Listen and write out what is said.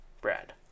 Brad